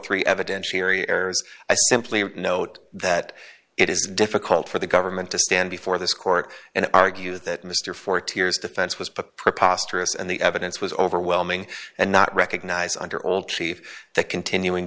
i simply note that it is difficult for the government to stand before this court and argue that mr for two years defense was a preposterous and the evidence was overwhelming and not recognize under old chief that continuing